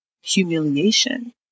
humiliation